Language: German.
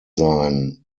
sein